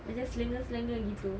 macam selenger selenger gitu